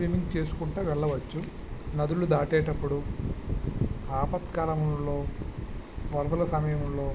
swimming చేసుకుంటూ వెళ్ళవచ్చు నదులు దాటేటప్పుడు ఆపత్కాలములలో వరదల సమయంలో